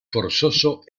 forzoso